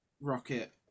Rocket